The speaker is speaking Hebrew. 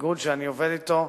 האיגוד שאני עובד אתו,